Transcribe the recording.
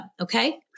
Okay